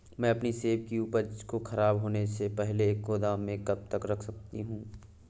मैं अपनी सेब की उपज को ख़राब होने से पहले गोदाम में कब तक रख सकती हूँ?